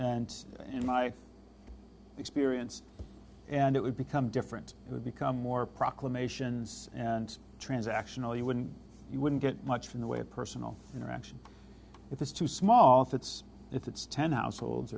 and in my experience and it would become different it would become more proclamations and transactional you wouldn't you wouldn't get much from the way of personal interaction if it's too small fits if it's ten households